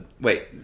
Wait